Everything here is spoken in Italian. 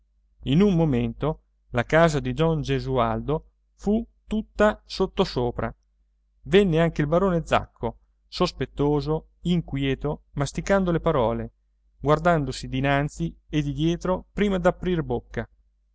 in un momento la casa di don gesualdo fu tutta sottosopra venne anche il barone zacco sospettoso inquieto masticando le parole guardandosi dinanzi e di dietro prima d'aprir bocca